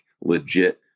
legit